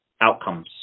outcomes